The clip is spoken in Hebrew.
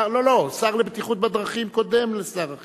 השר לבטיחות בדרכים קודם לשר החינוך.